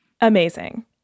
Amazing